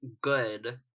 Good